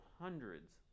hundreds